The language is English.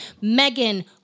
Megan